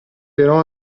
però